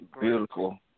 beautiful